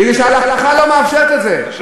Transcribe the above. מפני שההלכה לא מאפשרת את זה.